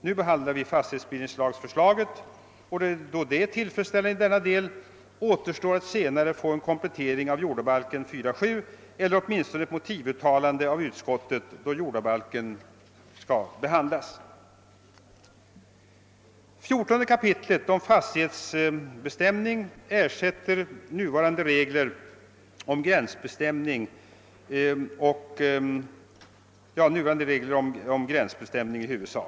Nu behandlar vi fastighetsbildningslagförslaget och då detta är tillfredsställande i denna del återstår det att senare få till stånd en komplettering av jordabalken 4: 7 eller åtminstone ett motivuttalande av utskottet då jordabalken skall behandlas. 14 kap. om fastighetsbestämning ersätter i huvudsak nuvarande regler om gränsbestämning.